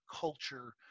culture